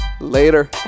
later